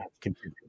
continue